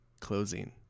closing